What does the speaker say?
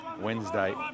Wednesday